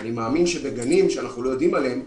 אני מאמין שבגנים שאנחנו לא יודעים עליהם,